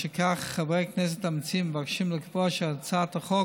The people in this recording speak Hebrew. משכך, חברי הכנסת המציעים מבקשים לקבוע שהצעת החוק